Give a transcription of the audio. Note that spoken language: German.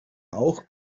auch